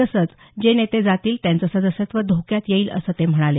तसंच जे नेते जातील त्यांचं सदस्यत्व धोक्यात येईल असं ते म्हणाले